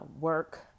work